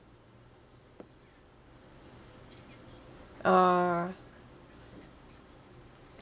uh